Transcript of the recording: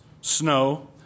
snow